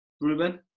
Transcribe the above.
Ruben